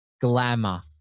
glamour